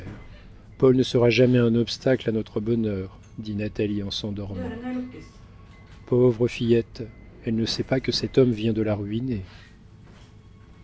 paul ne sera jamais un obstacle à notre bonheur dit natalie en s'endormant pauvre fillette elle ne sait pas que cet homme vient de la ruiner